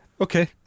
okay